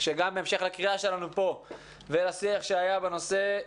שבהמשך לקריאה שלנו כאן ולשיח שהיה בנושא,